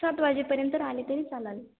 सात वाजेपर्यंत आले तरी चालेल